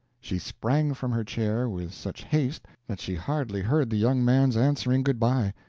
she sprang from her chair with such haste that she hardly heard the young man's answering good-by.